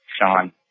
Sean